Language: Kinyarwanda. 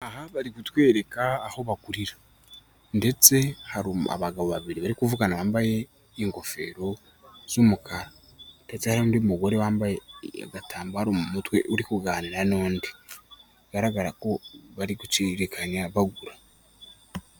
Aha bari kutwereka aho bagurira, ndetse hari abagabo babiri bari kuvugana bambaye ingofero z'umukara, ndetse hari undi mugore wambaye agatambaro mu mutwe uri kuganira n'undi, bigaragara ko bari guciririkanya bagura.